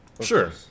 Sure